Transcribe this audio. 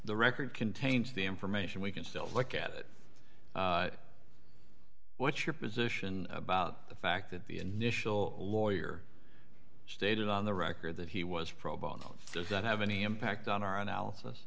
the record contains the information we can still look at it what's your position about the fact that the initial lawyer stated on the record that he was pro bono does that have any impact on our